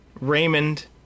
raymond